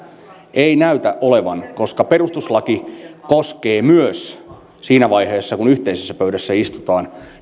ei näytä olevan koska perustuslaki koskee myös nykyisen opposition jäseniä siinä vaiheessa kun yhteisessä pöydässä istutaan